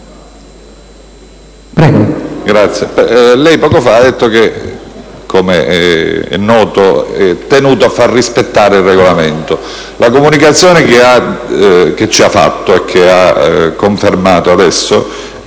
lei poco fa ha detto che, come è noto, è tenuto a far rispettare il Regolamento. La comunicazione che ci ha fatto, e che ora ha confermato,